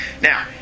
Now